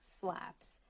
slaps